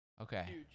okay